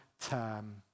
term